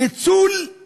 ניצול של